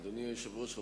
אדוני היושב-ראש,